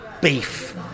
beef